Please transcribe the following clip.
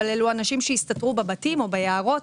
אבל אלו אנשים שהסתתרו בבתים או ביערות